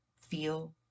feel